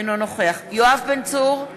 אינו נוכח יואב בן צור,